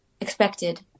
expected